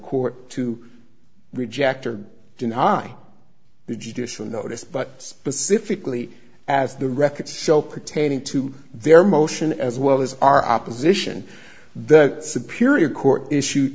court to reject or deny the judicial notice but specifically as the records show pertaining to their motion as well as our opposition the superior court issued